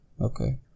okay